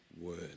word